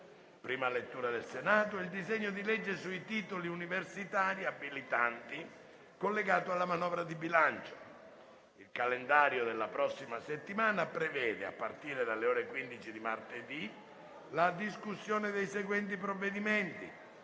derivante dall'insularità; il disegno di legge sui titoli universitari abilitanti, collegato alla manovra di bilancio. Il calendario della prossima settimana prevede, a partire dalle ore 15 di martedì, la discussione dei seguenti provvedimenti: